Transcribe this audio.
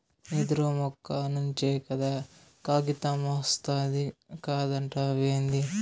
యెదురు మొక్క నుంచే కదా కాగితమొస్తాది కాదంటావేంది